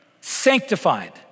sanctified